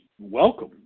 welcome